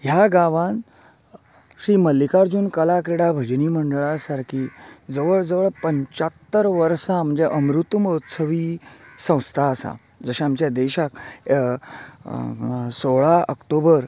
ह्या गांवांन श्री मल्लिकार्जून कला क्रिडा भजनी मंडळा सारकी जवळ जवळ पंच्चात्तर वर्सां म्हणजे अमृतमोहत्सवी संस्था आसा जशे आमच्या देशाक सोळा ऑक्टोबर